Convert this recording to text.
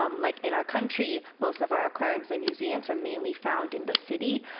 um like in our country, most of our aquariums and museums are mainly found in the city.